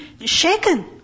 shaken